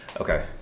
Okay